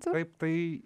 taip tai